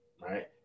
right